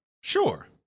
sure